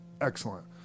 excellent